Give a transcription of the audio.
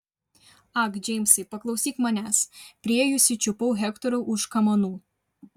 ak džeimsai paklausyk manęs priėjusi čiupau hektorą už kamanų